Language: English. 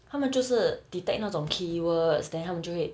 他们就是 detect 那种 key words then 他们就会